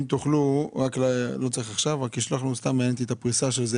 אם תוכלו רק לשלוח לנו את הפריסה של זה,